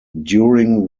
during